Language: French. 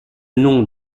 nom